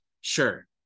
Sure